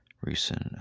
recent